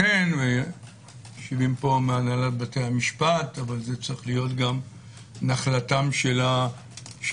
לכן במקום הנהלת בתי המשפט זה צריך להיות גם נחלתם של השופטים,